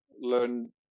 Learn